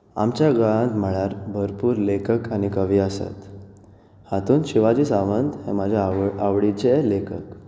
आमच्या गोंयांत म्हणल्यार भरपूर लेखक आनी कवी आसात हातूंत शिवाजी सावंत हे म्हजे आवडीचे लेखक